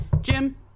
Jim